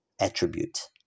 attribute